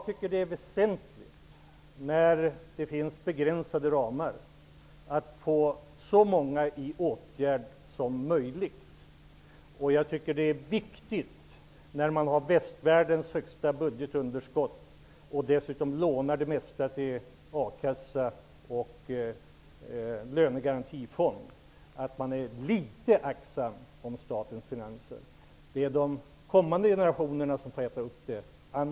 När det är begränsade ramar är det väsentligt att få så många som möjligt i åtgärder. När man har västvärldens högsta budgetunderskott och dessutom lånar det mesta till a-kassa och lönegarantifond är det viktigt att vara litet aktsam om statens finanser. Det är de kommande generationerna som annars får äta upp det.